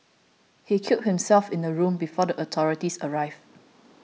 he killed himself in the room before the authorities arrived